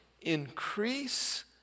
increase